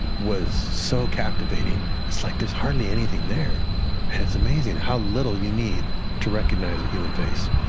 was so captivating. it's like there's hardly anything there and it's amazing how little you need to recognize a human face,